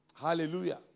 Hallelujah